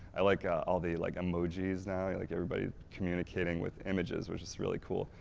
i like all the like emoji's now, yeah like everybody communicating with images which is really cool.